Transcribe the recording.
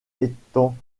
étant